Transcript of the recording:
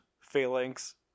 phalanx